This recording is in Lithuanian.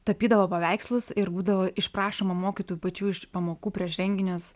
tapydavo paveikslus ir būdavo išprašoma mokytojų pačių iš pamokų prieš renginius